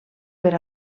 per